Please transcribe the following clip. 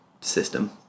system